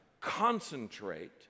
concentrate